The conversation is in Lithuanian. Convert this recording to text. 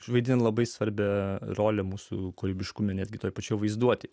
vaidina labai svarbią rolę mūsų kūrybiškume netgi toje pačioje vaizduotėje